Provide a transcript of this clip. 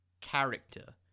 character